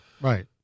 Right